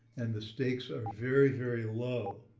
and the stakes are very, very low.